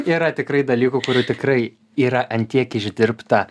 yra tikrai dalykų kurių tikrai yra ant tiek išdirbta